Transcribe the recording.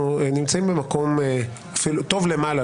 אנחנו נמצאים במקום אפילו טוב למעלה,